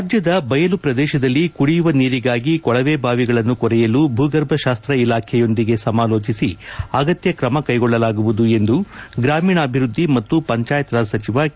ರಾಜ್ಯದ ಬಯಲು ಪ್ರದೇಶದಲ್ಲಿ ಕುಡಿಯುವ ನೀರಿಗಾಗಿ ಕೊಳವೆ ಬಾವಿಗಳನ್ನು ಕೊರೆಯಲು ಭೂಗರ್ಭ ಶಾಸ್ತ್ರ ಇಲಾಖೆಯೊಂದಿಗೆ ಸಮಾಲೋಚಿಸಿ ಆಗತ್ಯ ಕ್ರಮ ಕೈಗೊಳ್ಳಲಾಗುವುದು ಎಂದು ಗ್ರಾಮೀಣಾಭಿವೃದ್ಧಿ ಮತ್ತು ಪಂಜಾಯತ್ ರಾಜ್ ಸಚವ ಕೆ